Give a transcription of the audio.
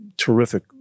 terrific